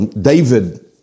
David